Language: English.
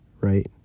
right